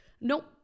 nope